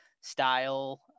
style